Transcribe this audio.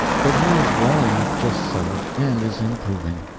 but he is well enough just so, and is improving.